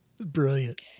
Brilliant